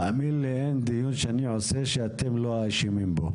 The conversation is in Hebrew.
תאמין לי, אין דיון שאני עושה שאתם לא האשמים בו,